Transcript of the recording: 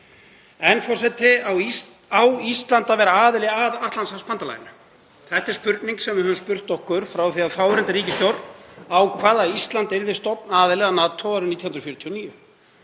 í þingsal. Á Ísland að vera aðili að Atlantshafsbandalaginu? Það er spurning sem við höfum spurt okkur frá því að þáverandi ríkisstjórn ákvað að Ísland yrði stofnaðili að NATO árið 1949.